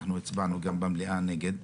אנחנו הצבענו גם במליאה נגד.